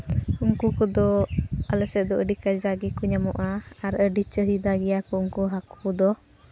ᱩᱱᱠᱩ ᱠᱚᱫᱚ ᱟᱞᱮ ᱥᱮᱫ ᱫᱚ ᱟᱹᱰᱤ ᱠᱟᱡᱟᱠ ᱜᱮᱠᱚ ᱧᱟᱢᱚᱜᱼᱟ ᱟᱨ ᱟᱹᱰᱤ ᱪᱟᱹᱦᱤᱫᱟ ᱜᱮᱭᱟ ᱠᱚ ᱩᱱᱠᱩ ᱦᱟᱹᱠᱩ ᱫᱚ